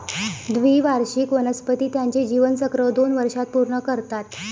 द्विवार्षिक वनस्पती त्यांचे जीवनचक्र दोन वर्षांत पूर्ण करतात